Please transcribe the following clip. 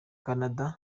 canada